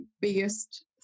biggest